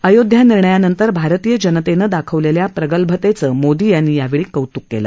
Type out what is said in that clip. अयोध्या निर्णयानंतर भारतीय जनतेनं दाखवलेल्या प्रगल्भतेचं मोदी यांनी यावेळी कौतुक केलं